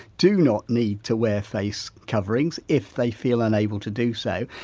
do not need to wear face coverings if they feel unable to do so.